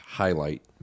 highlight